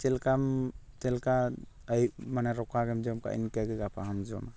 ᱪᱮᱫ ᱞᱮᱠᱟᱢ ᱪᱮᱫ ᱞᱮᱠᱟ ᱟᱭᱩᱵ ᱢᱟᱱᱮ ᱨᱚᱠᱟ ᱜᱮᱢ ᱡᱚᱢ ᱠᱟᱜᱼᱟ ᱤᱱᱟᱠᱟᱹᱜᱮ ᱜᱟᱯᱟ ᱦᱚᱸᱢ ᱡᱚᱢᱟ